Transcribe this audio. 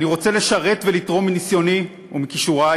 אני רוצה לשרת ולתרום מניסיוני ומכישורי